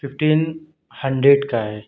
fifteen hundred کا ہے